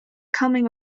coming